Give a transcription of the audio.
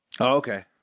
Okay